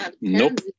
Nope